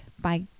Bye